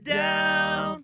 down